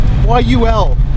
Y-U-L